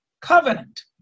Covenant